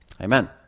Amen